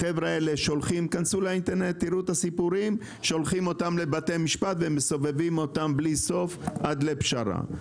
החבר'ה האלה שולחים אותם לבתי המשפט ומסובבים אותם בלי סוף עד לפשרה.